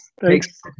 thanks